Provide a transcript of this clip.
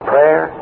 Prayer